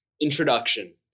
Introduction